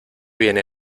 viene